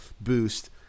boost